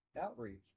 outreach